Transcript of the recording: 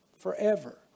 forever